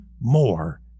more